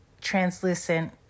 translucent